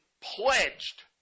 pledged